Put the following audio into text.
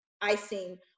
icing